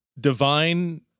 divine